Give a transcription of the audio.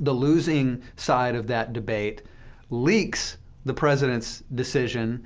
the losing side of that debate leaks the president's decision,